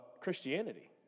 Christianity